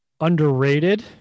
underrated